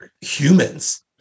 humans